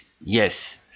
Yes